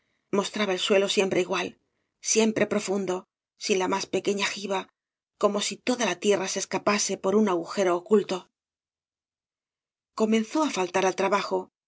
mostraba el buelo siempre igual siempre profundo sin la más pequeña giba como si toda la tierra se esca pase por un agujero oculto comenzó á faltar al trabajo